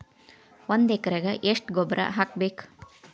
ಒಂದ್ ಎಕರೆಗೆ ಎಷ್ಟ ಗೊಬ್ಬರ ಹಾಕ್ಬೇಕ್?